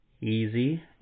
Easy